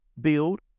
build